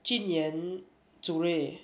zunyuan zirui